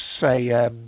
say